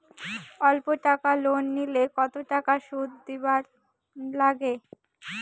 অল্প টাকা লোন নিলে কতো টাকা শুধ দিবার লাগে?